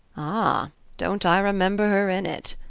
ah don't i remember her in it!